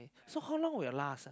so how long will last ah